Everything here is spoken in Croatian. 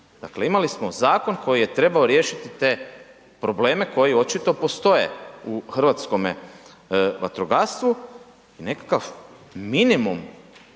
Dakle, imali smo zakon koji je trebao riješiti te probleme koji očito postoje u hrvatskome vatrogastvu i nekakav minimum